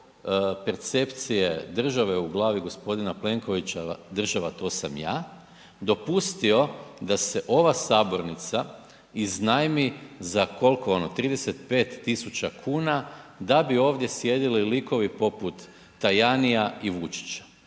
percepcije države u glavi g. Plenkovića, država to sam ja, dopustio da se ova sabornica iznajmi za kolko ono, 35.000,00 kn, da bi ovdje sjedili likovi poput Tajanija i Vučića